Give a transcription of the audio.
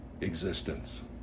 existence